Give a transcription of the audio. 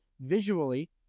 visually